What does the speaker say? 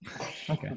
Okay